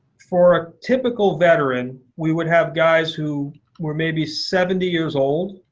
for a typical veteran we would have guys who were maybe seventy years old.